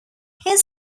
his